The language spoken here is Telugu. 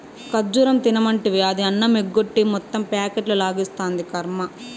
ఖజ్జూరం తినమంటివి, అది అన్నమెగ్గొట్టి మొత్తం ప్యాకెట్లు లాగిస్తాంది, కర్మ